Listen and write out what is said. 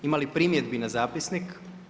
Ima li primjedbi na zapisnik?